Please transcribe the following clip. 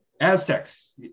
Aztecs